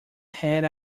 had